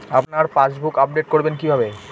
আপনার passbook update করবেন কিভাবে?